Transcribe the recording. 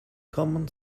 common